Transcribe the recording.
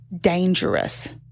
dangerous